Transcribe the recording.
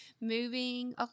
Moving